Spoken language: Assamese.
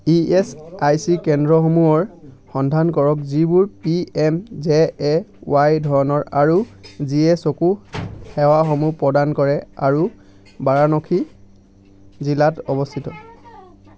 ই এছ আই চি কেন্দ্ৰসমূহৰ সন্ধান কৰক যিবোৰ P M J A Y ধৰণৰ আৰু যিয়ে চকু সেৱাসমূহ প্ৰদান কৰে আৰু বাৰাণসী জিলাত অৱস্থিত